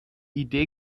idee